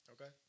Okay